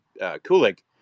Kulik